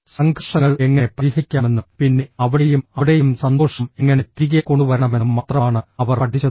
സംഘർഷങ്ങൾ എങ്ങനെ പരിഹരിക്കാമെന്നും പിന്നെ അവിടെയും അവിടെയും സന്തോഷം എങ്ങനെ തിരികെ കൊണ്ടുവരണമെന്നും മാത്രമാണ് അവർ പഠിച്ചത്